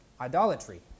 idolatry